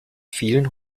vielen